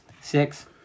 Six